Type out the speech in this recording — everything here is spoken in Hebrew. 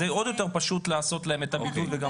זה עוד יותר פשוט לעשות להם את הבידוד ואת החיסון.